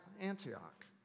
Antioch